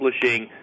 publishing